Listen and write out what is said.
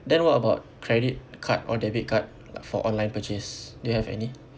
then what about credit card or debit card for online purchase do you have any